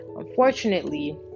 Unfortunately